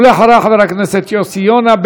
ואחריה, חבר הכנסת יוסי יונה.